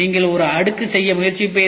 நீங்கள் ஒரு அடுக்கு செய்ய முயற்சிப்பீர்கள்